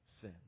sin